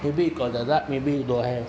maybe you got the luck maybe you don't have